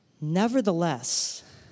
Nevertheless